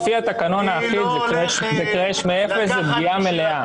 לפי התקנות האחיד זה קראש מאפס, זו פגיעה מלאה.